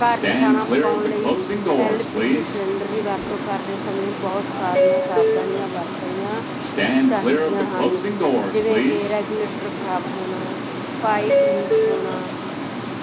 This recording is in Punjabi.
ਘਰ 'ਚ ਖਾਣਾ ਪਕਾਉਣ ਲਈ ਐਲ ਪੀ ਜੀ ਸਿਲੰਡਰ ਦੀ ਵਰਤੋਂ ਕਰਦੇ ਸਮੇਂ ਬਹੁਤ ਸਾਰੀਆਂ ਸਾਵਧਾਨੀਆਂ ਵਰਤਣੀਆਂ ਚਾਹੀਦੀਆਂ ਹਨ ਜਿਵੇਂ ਕਿ ਰੈਗੂਲੇਟਰ ਖਰਾਬ ਹੋਣਾ ਪਾਈਪ ਲੀਕ ਹੋਣਾ